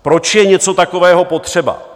Proč je něco takového potřeba?